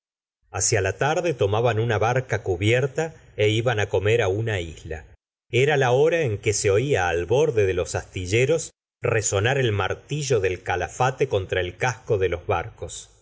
hacia la tarde tomaban una barca cubierta é iban á comer á una isla era la hora en que se oia al borde de los astilleros resonar el martillo del calafate contra el casco de los barcos